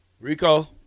Rico